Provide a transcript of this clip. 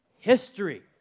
History